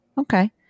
Okay